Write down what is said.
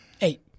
Eight